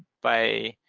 by